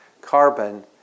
carbon